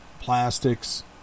plastics